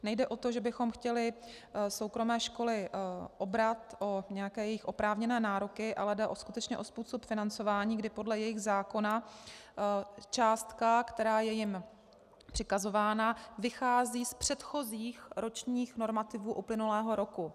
Nejde o to, že bychom chtěli soukromé školy obrat o jejich nějaké oprávněné nároky, ale jde skutečně o způsob financování, kdy podle jejich zákona částka, která je jim přikazována, vychází z předchozích ročních normativů uplynulého roku.